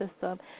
system